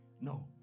No